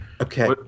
Okay